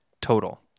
total